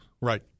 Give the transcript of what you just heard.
Right